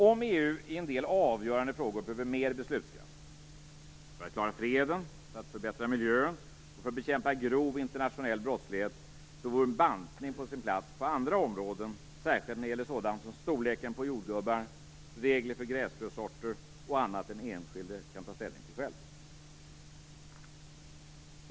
Om EU i en del avgörande frågor behöver mer beslutskraft - för att klara freden, för att förbättra miljön eller för att bekämpa grov internationell brottslighet - vore en bantning på sin plats på andra områden, särskilt när det gäller sådant som storleken på jordgubbar, regler för gräsfrösorter och annat den enskilde kan ta ställning till själv.